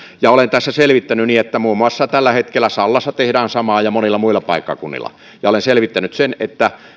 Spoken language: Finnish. ja olen tässä selvittänyt että tällä hetkellä muun muassa sallassa tehdään samaa ja monilla muilla paikkakunnilla ja olen selvittänyt sen että